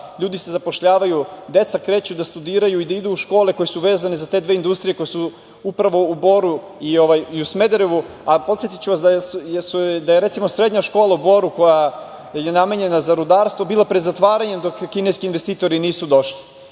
ljudi se zapošljavaju, deca kreću da studiraju i da idu u škole koje su vezane za te dve industrije koje su upravo u Boru i u Smederevu, a podsetiću vas da je recimo srednja škola u Boru, koja je namenjena za rudarstvo, bila pred zatvaranjem dok kineski investitori nisu došli. Danas